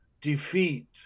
defeat